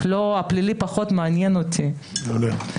הפלילי פחות מעניין אותי - לרוב זקוקים להן.